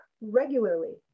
regularly